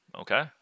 Okay